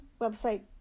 website